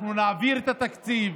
אנחנו נעביר את התקציב,